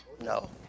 No